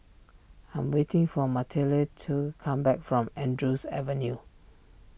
I am waiting for Matilde to come back from Andrews Avenue